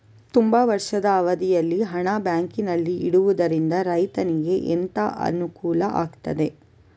ತುಂಬಾ ವರ್ಷದ ಅವಧಿಯಲ್ಲಿ ಹಣ ಬ್ಯಾಂಕಿನಲ್ಲಿ ಇಡುವುದರಿಂದ ರೈತನಿಗೆ ಎಂತ ಅನುಕೂಲ ಆಗ್ತದೆ?